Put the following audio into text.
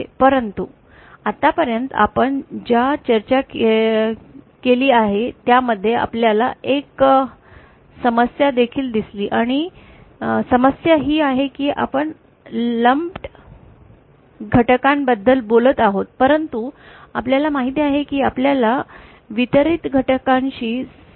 परंतु आतापर्यंत आपण ज्या चर्चा केली त्यामध्ये आपल्याला एक समस्या देखील दिसली आणि समस्या ही आहे की आपण लम्प घटकांबद्दल बोलत आहोत परंतु आपल्याला माहित आहे की आपल्याला वितरित घटकांशी सामना करावा लागतो